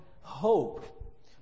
hope